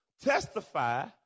testify